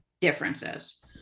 differences